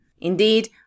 Indeed